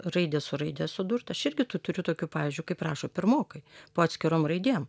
raidę su raide sudurt aš irgi tu turiu tokių pavyzdžiui kaip rašo pirmokai po atskirom raidėm